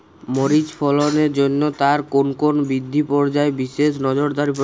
মরিচ ফলনের জন্য তার কোন কোন বৃদ্ধি পর্যায়ে বিশেষ নজরদারি প্রয়োজন?